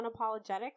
unapologetic